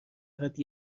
فقط